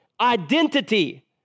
identity